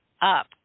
up